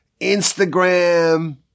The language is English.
Instagram